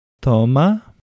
Toma